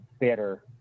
better